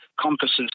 compasses